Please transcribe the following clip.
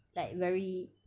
like very